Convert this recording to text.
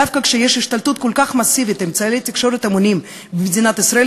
דווקא כשיש השתלטות כל כך מסיבית על אמצעי תקשורת המונים במדינת ישראל,